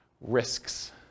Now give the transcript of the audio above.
Risks